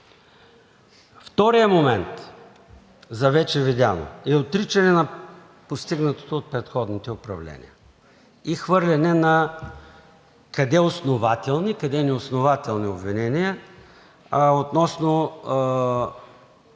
Вторият момент за вече видяно е отричане на постигнатото от предходните управления и хвърляне на къде основателни, къде неоснователни обвинения относно